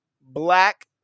black